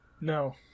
no